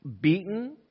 beaten